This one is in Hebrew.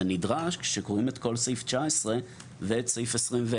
זה נדרש כשקוראים את כל סעיף 19 ואת סעיף 21,